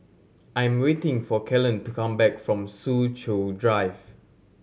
I am waiting for Kellan to come back from Soo Chow Drive